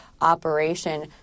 operation—